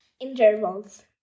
intervals